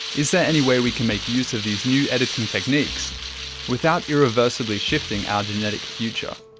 is there any way we can make use of these new editing techniques without irreversibly shifting our genetic future?